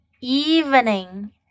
evening